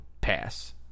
pass